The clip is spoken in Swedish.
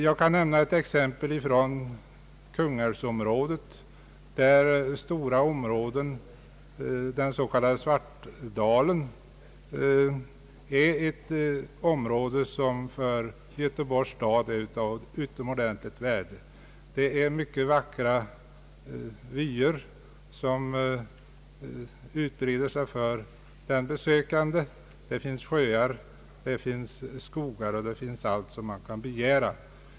Jag kan nämna ett exempel från Kungälvsområdet, där den s.k. Svartdalen är ett för Göteborgs stad utomordentligt värdefullt område. Vackra vyer utbreder sig för den besökande. Här finns sjöar, skogar och allt man kan begära.